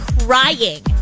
crying